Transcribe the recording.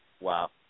Wow